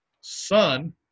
son